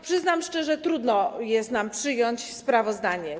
Przyznam szczerze, że trudno jest nam przyjąć sprawozdanie.